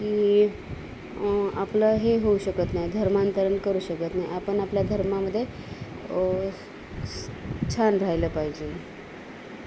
की आपलं हे होऊ शकत नाही धर्माांतरण करू शकत नाही आपण आपल्या धर्मामध्ये छान राहिलं पाहिजे